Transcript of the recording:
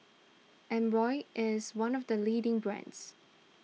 Omron is one of the leading brands